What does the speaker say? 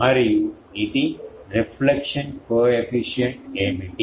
మరియు ఇది reflection coefficient ఏమిటి